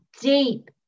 deep